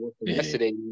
yesterday